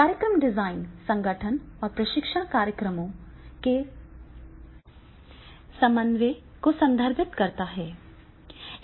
कार्यक्रम डिजाइन संगठन और प्रशिक्षण कार्यक्रमों के समन्वय को संदर्भित करता है